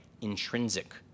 intrinsic